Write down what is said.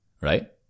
right